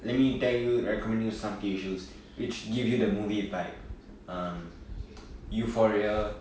let me tell you recommend you some T_V shows which give you the movie vibe euphoria